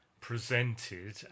presented